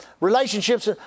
relationships